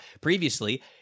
previously